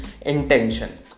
intention